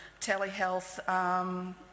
telehealth